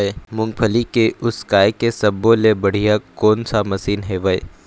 मूंगफली के उसकाय के सब्बो ले बढ़िया कोन सा मशीन हेवय?